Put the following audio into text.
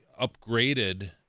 upgraded